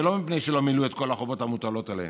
ולא מפני שלא מילאו את כל החובות המוטלות עליהם.